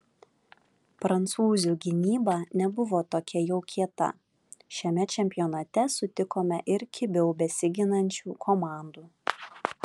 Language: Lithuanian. prancūzių gynyba nebuvo tokia jau kieta šiame čempionate sutikome ir kibiau besiginančių komandų